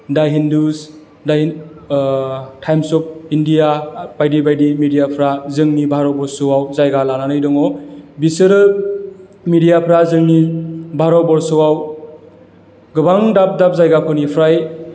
the Hindu the Times of India बायदि बायदि मिडियाफ्रा जोंनि भारतबर्सआव जायगा लानानै दङ बिसोरो मिडियाफ्रा जोंनि भारतबर्सआव गोबां दाब दाब जायगाफोरनिफ्राय